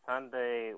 Sunday